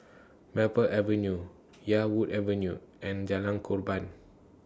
Maple Avenue Yarwood Avenue and Jalan Korban